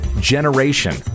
generation